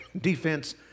defense